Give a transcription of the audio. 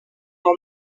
from